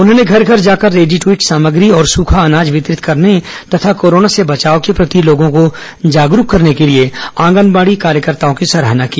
उन्होंने घर घर जाकर रेडी द ईट सामग्री और सुखा अनाज वितरित करने तथा कोरोना से बचाव के प्रति लोगों को जागरूक करने के लिए आंगनबाड़ी कार्यकर्ताओं की सराहना की